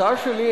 רבותי השרים,